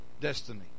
destiny